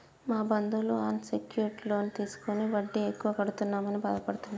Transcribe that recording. మా బంధువులు unsecured loan తీసుకుని వడ్డీ ఎక్కువ కడుతున్నామని బాధపడుతున్నరు